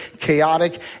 chaotic